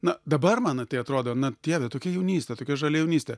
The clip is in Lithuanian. na dabar man tai atrodo na dieve tokia jaunystė tokia žalia jaunystė